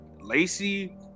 Lacey